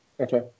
Okay